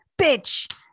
bitch